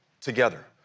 together